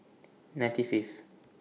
ninety Fifth